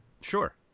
Sure